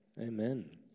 amen